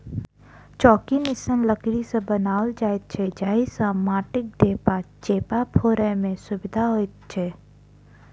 चौकी निस्सन लकड़ी सॅ बनाओल जाइत छै जाहि सॅ माटिक ढेपा चेपा फोड़य मे सुविधा होइत छै